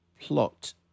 plot